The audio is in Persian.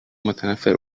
متنفر